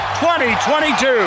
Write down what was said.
2022